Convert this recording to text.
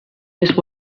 just